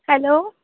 hello